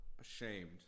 ashamed